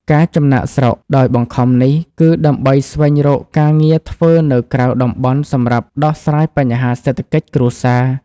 ការចំណាកស្រុកដោយបង្ខំនេះ គឺដើម្បីស្វែងរកការងារធ្វើនៅក្រៅតំបន់សម្រាប់ដោះស្រាយបញ្ហាសេដ្ឋកិច្ចគ្រួសារ។